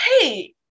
hey